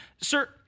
sir